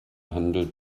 handel